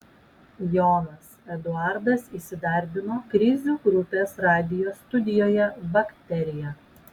jonas eduardas įsidarbino krizių grupės radijo studijoje bakterija